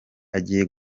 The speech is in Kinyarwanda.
agiye